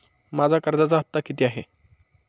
माझा कर्जाचा हफ्ता किती आहे?